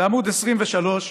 לעמוד 23,